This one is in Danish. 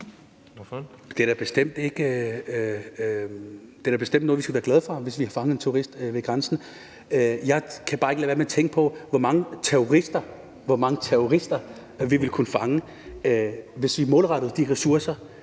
13:28 Sikandar Siddique (ALT): Det er da bestemt noget, vi skal være glade for, altså at vi har fanget en turist ved grænsen. Jeg kan bare ikke lade være med at tænke på, hvor mange terrorister vi ville kunne fange, hvis vi målrettede ressourcerne